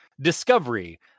discovery